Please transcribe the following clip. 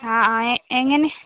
അ എങ്ങനെ